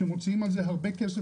שמוציאים על זה הרבה כסף.